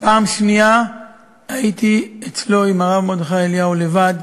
בפעם השנייה הייתי אצלו עם הרב מרדכי אליהו לבד.